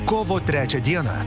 kovo trečią dieną